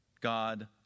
God